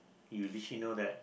you literally know that